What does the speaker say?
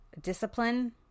discipline